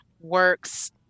works